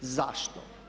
Zašto?